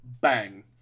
Bang